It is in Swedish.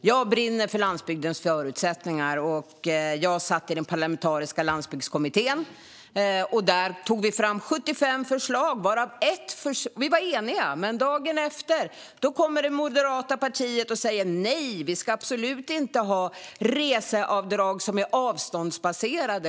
Jag brinner för landsbygdens förutsättningar, och jag satt i den parlamentariska landsbygdskommittén. Där tog vi fram 75 förslag. Vi var eniga, men dagen efter kom det moderata partiet och sa: Nej, vi ska absolut inte ha reseavdrag som är avståndsbaserade.